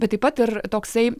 bet taip pat ir toksai